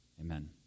amen